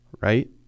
right